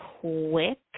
quick